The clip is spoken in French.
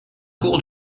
cours